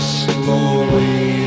slowly